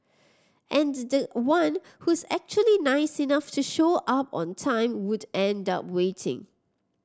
and the one who's actually nice enough to show up on time would end up waiting